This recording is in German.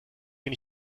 den